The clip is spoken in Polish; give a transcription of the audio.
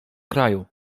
kraju